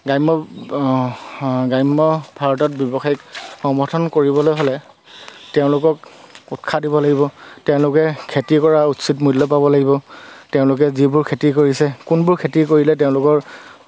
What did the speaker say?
গ্ৰাম্য গ্ৰাম্য ভাৰতত ব্যৱসায়িক সমৰ্থন কৰিবলৈ হ'লে তেওঁলোকক উৎসাহ দিব লাগিব তেওঁলোকে খেতি কৰা উচিত মূল্য পাব লাগিব তেওঁলোকে যিবোৰ খেতি কৰিছে কোনবোৰ খেতি কৰিলে তেওঁলোকৰ